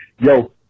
Yo